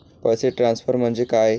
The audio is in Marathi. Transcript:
पैसे ट्रान्सफर म्हणजे काय?